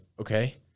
okay